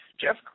Jeff